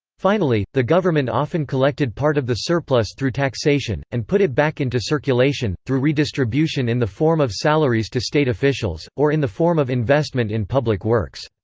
finally, the government often collected part of the surplus through taxation, and put it back into circulation, through redistribution in the form of salaries to state officials, or in the form of investment in public works.